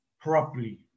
properly